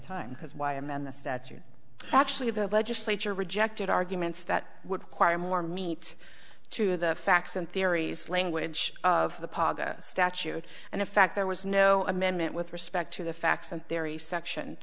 time because why amend the statute actually the legislature rejected arguments that would require more meat to the facts and theories language of the paga statute and in fact there was no amendment with respect to the facts and very section